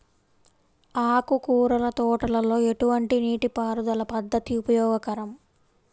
ఆకుకూరల తోటలలో ఎటువంటి నీటిపారుదల పద్దతి ఉపయోగకరం?